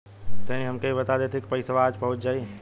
तनि हमके इ बता देती की पइसवा आज पहुँच जाई?